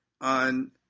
on